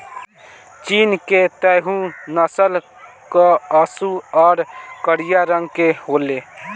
चीन के तैहु नस्ल कअ सूअर करिया रंग के होले